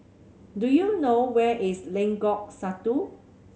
do you know where is Lengkong Satu